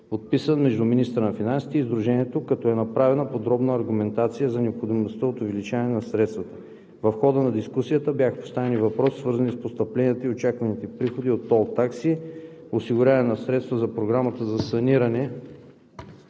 подписан между министъра на финансите и сдружението, като е направена подробна аргументация за необходимостта от увеличаване на средствата. В хода на дискусията бяха поставени въпроси, свързани с постъпленията и очакваните приходи от тол такси, осигуряването на средства за Програмата за саниране